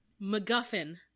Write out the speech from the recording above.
MacGuffin